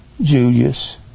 Julius